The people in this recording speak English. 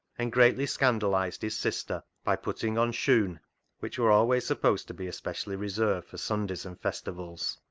and greatly scandalised his sister by putting on shoon which were always supposed to be especially reserved for sundays and festivals.